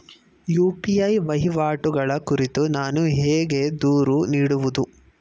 UPI ವಹಿವಾಟುಗಳ ಕುರಿತು ನಾನು ಹೇಗೆ ದೂರು ನೀಡುವುದು?